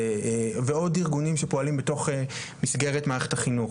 ועוד ארגונים שפועלים בתוך מסגרת מערכת החינוך,